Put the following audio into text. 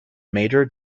major